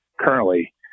currently